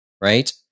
right